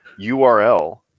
URL